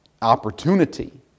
opportunity